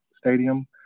stadium